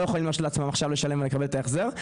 יכולים להרשות לעצמם לשלם ולקבל את ההחזר.